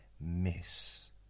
miss